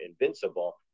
invincible